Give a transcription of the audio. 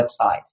website